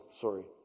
sorry